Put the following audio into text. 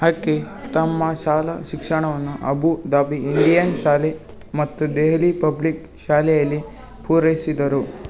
ಆಕೆ ತಮ್ಮ ಶಾಲಾ ಶಿಕ್ಷಣವನ್ನು ಅಬು ದಾಬಿ ಇಂಡಿಯನ್ ಶಾಲೆ ಮತ್ತು ದೆಹಲಿ ಪಬ್ಲಿಕ್ ಶಾಲೆಯಲ್ಲಿ ಪೂರೈಸಿದರು